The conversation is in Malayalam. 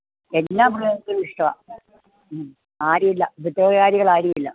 എല്ലാ മൃഗങ്ങളേയും ഇഷ്ടമാണ് മ്മ് ആരുമില്ല ഉപദ്രവകാരികൾ ആരുമില്ല